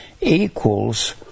equals